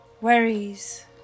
worries